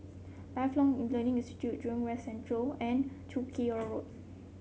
Lifelong in Learning Institute Jurong West Central and Chiku Road